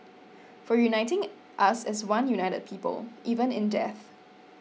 for uniting us as one united people even in death